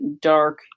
dark